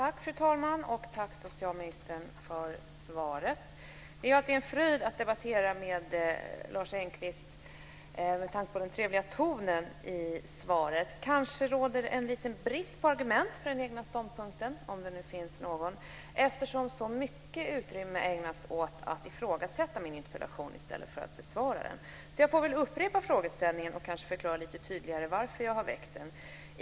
Fru talman! Tack för ordet och tack, socialministern, för svaret! Det är alltid en fröjd att debattera med Lars Engqvist med tanke på den trevliga tonen i hans svar. Men kanske råder det en liten brist på argument för den egna ståndpunkten, om det nu finns någon. Så mycket utrymme ägnas ju åt att ifrågasätta min interpellation i stället för att besvara den. Jag får väl upprepa frågeställningen och kanske förklara lite tydligare varför jag har väckt den.